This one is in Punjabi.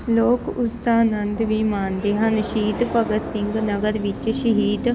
ਲੋਕ ਉਸਦਾ ਆਨੰਦ ਵੀ ਮਾਣਦੇ ਹਨ ਸ਼ਹੀਦ ਭਗਤ ਸਿੰਘ ਨਗਰ ਵਿੱਚ ਸ਼ਹੀਦ